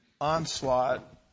onslaught